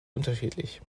unterschiedlich